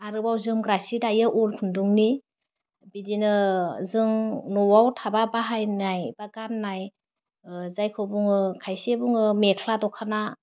आरोबाव जोमग्रा सि दायो उल खुन्दुंनि बिदिनो जों न'वाव थाबा बाहायनाय बा गान्नाय जायखौ बुङो खायसे बुङो मेख्ला दख'ना